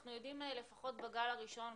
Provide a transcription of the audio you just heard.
אנחנו יודעים לפחות בגל הראשון,